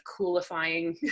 coolifying